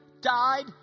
died